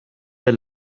der